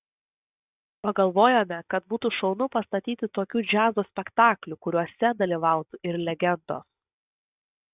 pagalvojome kad būtų šaunu pastatyti tokių džiazo spektaklių kuriuose dalyvautų ir legendos